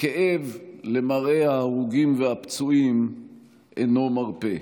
הכאב למראה ההרוגים והפצועים אינו מרפה.